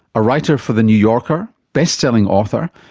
a writer for the new yorker, best-selling author,